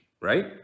right